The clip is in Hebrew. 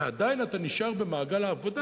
ועדיין אתה נשאר במעגל העבודה,